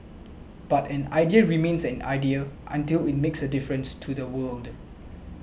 but an idea remains an idea until it makes a difference to the world